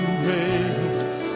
grace